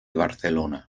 barcelona